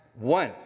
one